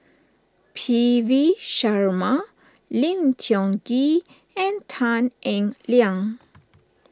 P V Sharma Lim Tiong Ghee and Tan Eng Liang